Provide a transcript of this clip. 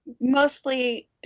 mostly